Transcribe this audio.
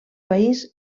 país